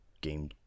game